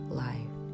life